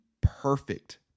perfect